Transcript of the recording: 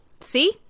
see